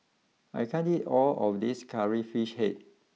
I can't eat all of this Curry Fish Head